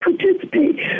participate